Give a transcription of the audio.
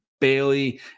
Bailey